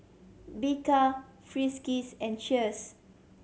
Bika Friskies and Cheers